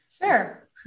Sure